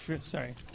Sorry